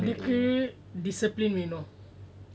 எனக்கு:enaku discipline you know